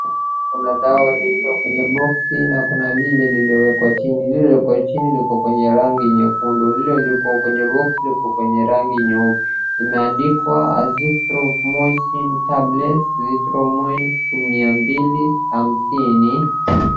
Kuna dawa lililo kwenye boxi na kuna lile limewekwa chini. Lile liko chini liko kwenye rangi nyekundu, like liko kwenye boxi liko kwenye rangi nyeupe, limeandikwa azithromycin tablets, zithromin mia mbili hamsini.